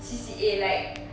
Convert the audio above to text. C_C_A like